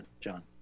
John